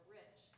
rich